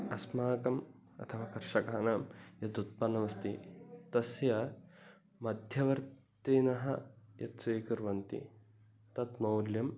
अस्माकम् अथवा कर्षकाणां यदुत्पन्नमस्ति तस्य मध्यवर्तिनः यत्स्वीकुर्वन्ति तत्मौल्यम्